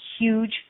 huge